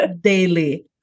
daily